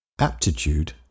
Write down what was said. aptitude